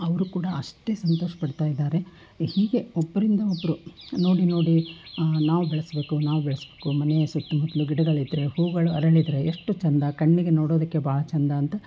ಅವ್ರು ಕೂಡ ಅಷ್ಟೇ ಸಂತೋಷಪಡ್ತಾ ಇದ್ದಾರೆ ಹೀಗೆ ಒಬ್ಬರಿಂದ ಒಬ್ಬರು ನೋಡಿ ನೋಡಿ ನಾವು ಬೆಳೆಸಬೇಕು ನಾವು ಬೆಳೆಸಬೇಕು ಮನೆಯ ಸುತ್ತಮುತ್ಲೂ ಗಿಡಗಳಿದ್ದರೆ ಹೂಗಳು ಅರಳಿದರೆ ಎಷ್ಟು ಚೆಂದ ಕಣ್ಣಿಗೆ ನೋಡೋದಕ್ಕೆ ಭಾಳ ಚೆಂದ ಅಂತ